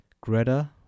Greta